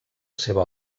seva